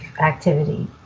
activity